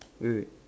wait wait